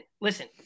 listen